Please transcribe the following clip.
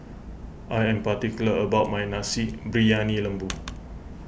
I am particular about my Nasi Briyani Lembu